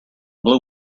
blue